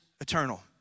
eternal